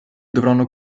dovranno